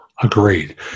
Agreed